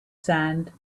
sand